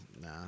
nah